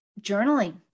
journaling